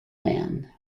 man